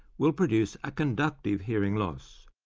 will produce a conductive hearing loss.